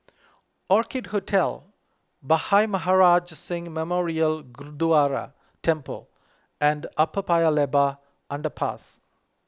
Orchid Hotel Bhai Maharaj Singh Memorial Gurdwara Temple and Upper Paya Lebar Underpass